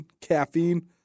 caffeine